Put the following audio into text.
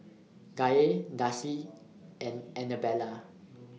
Gaye Darci and Anabella